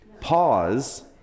Pause